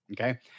Okay